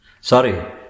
Sorry